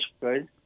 good